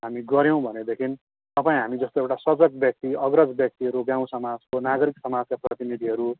हामी गऱ्यौँ भनेदेखि तपाईँ हामी जस्तो एउटा सजग व्यक्ति अग्रज व्यक्तिहरू गाउँ समाजको नागरिक समाजका प्रतिनिधिहरू